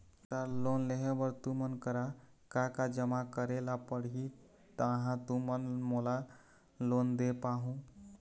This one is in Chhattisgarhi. सर लोन लेहे बर तुमन करा का का जमा करें ला पड़ही तहाँ तुमन मोला लोन दे पाहुं?